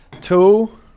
Two